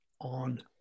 on